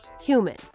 human